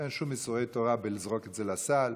אין שום איסורי תורה בלזרוק את זה לסל.